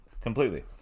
Completely